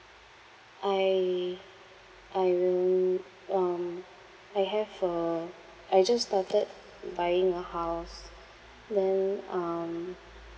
I I will um I have a I just started buying a house then um